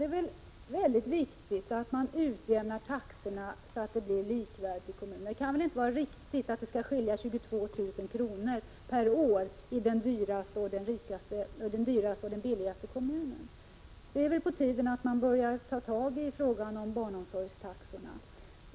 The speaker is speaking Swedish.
Det är mycket viktigt att man utjämnar taxorna, så att det blir likvärdigt i olika kommuner. Det kan inte vara riktigt att det skall skilja 22 000 kr. per år mellan den dyraste och den billigaste kommunen! Det är väl på tiden att man börjar ta tag i frågan om barnomsorgstaxorna.